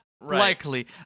likely